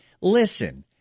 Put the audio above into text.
Listen